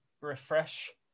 refresh